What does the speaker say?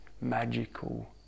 magical